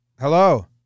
Hello